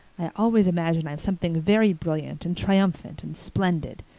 i always imagine i'm something very brilliant and triumphant and splendid.